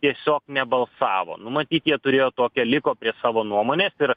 tiesiog nebalsavo nu matyt jie turėjo tokią liko prie savo nuomonės ir